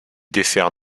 dessert